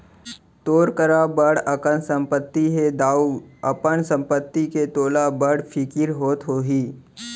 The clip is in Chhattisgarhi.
तोर करा बड़ अकन संपत्ति हे दाऊ, अपन संपत्ति के तोला बड़ फिकिर होत होही